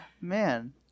Man